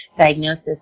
diagnosis